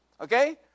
Okay